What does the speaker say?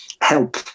help